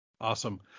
awesome